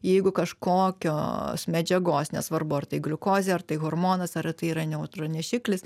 jeigu kažkokios medžiagos nesvarbu ar tai gliukozė ar tai hormonas ar tai yra neutronešiklis